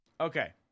Okay